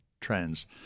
trends